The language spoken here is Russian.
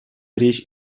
речь